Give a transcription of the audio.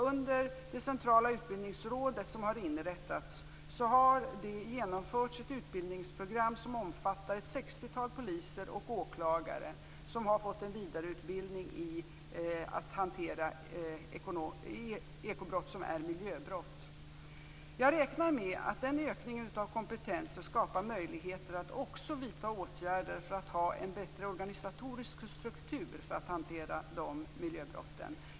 Under det centrala utbildningsråd som har inrättats har det genomförts ett utbildningsprogram som omfattar ett sextiotal poliser och åklagare som har fått en vidareutbildning i att hantera ekobrott som är miljöbrott. Jag räknar med att ökningen av kompetensen skapar möjligheter att också vidta åtgärder för att ha en bättre organisatorisk struktur för att hantera miljöbrotten.